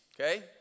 okay